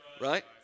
right